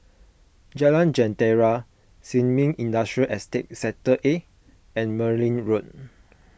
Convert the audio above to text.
Jalan Jentera Sin Ming Industrial Estate Sector A and Merryn Road